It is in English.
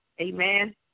amen